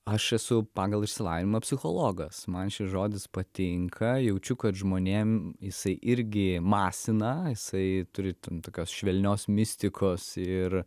aš esu pagal išsilavinimą psichologas man šis žodis patinka jaučiu kad žmonėm jisai irgi masina jisai turi ten tokios švelnios mistikos ir